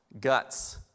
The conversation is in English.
guts